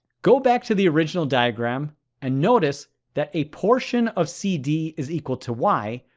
go back to the original diagram and notice that a portion of cd is equal to y,